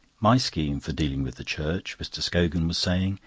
my scheme for dealing with the church, mr. scogan was saying,